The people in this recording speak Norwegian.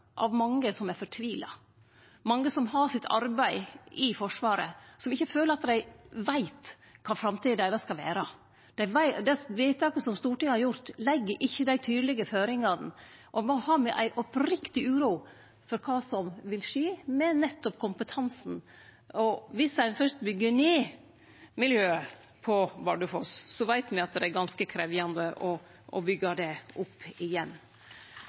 av mange som er fortvila, mange som har sitt arbeid i Forsvaret, og som føler at dei ikkje veit kva framtida deira skal vere. Vedtaket som Stortinget har fatta, legg ikkje dei tydelege føringane, og no har me ei oppriktig uro for kva som vil skje med nettopp kompetansen. Viss ein først byggjer ned miljøet på Bardufoss, veit me at det er ganske krevjande å byggje det opp igjen.